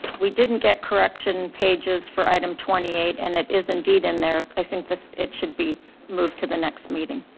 we didn't get correction pages for item twenty eight, and it is indeed in there, i think it should be moved to the next meeting.